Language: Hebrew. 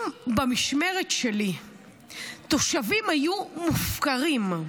אם במשמרת שלי תושבים היו מופקרים,